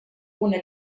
una